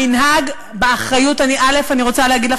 המנהג, באחריות, אני, א.